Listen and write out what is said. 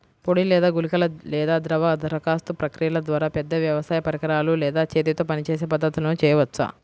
పొడి లేదా గుళికల లేదా ద్రవ దరఖాస్తు ప్రక్రియల ద్వారా, పెద్ద వ్యవసాయ పరికరాలు లేదా చేతితో పనిచేసే పద్ధతులను చేయవచ్చా?